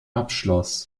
abschloss